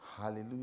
Hallelujah